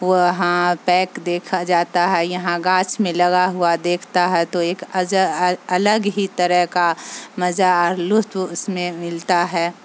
وہاں پیک دیکھا جاتا ہے یہاں گاچھ میں لگا ہوا دیکھتا ہے تو ایک الگ ہی طرح کا مزہ اور لطف اس میں ملتا ہے